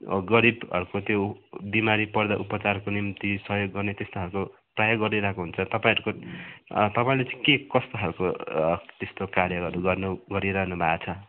गरीबगहरूको त्यो बिमारी पर्दा उपचारको निम्ति सहयोग गर्ने त्यस्तो खालको प्राय गरिरहेको हुन्छ तपाईँहरूको तपाईँहरूले चाहिँ के कस्तो खालको त्यस्तो कार्यहरू गर्नु गरिरहनु भएको छ